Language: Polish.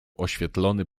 oświetlony